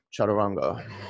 chaturanga